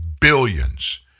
billions